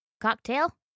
cocktail